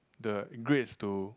the grades to